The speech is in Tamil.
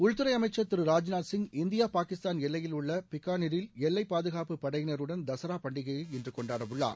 உள்துறை அமைச்சர் திரு ராஜ்நாத் சிங் இந்தியா பாகிஸ்தான் எல்லையிலுள்ள பிக்கூவிரில் எல்லை பாதுகாப்பு படையினருடன் தசரா பண்டிகையை இன்று கொண்டாட உள்ளார்